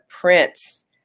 Prince